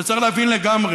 וצריך להבין לגמרי: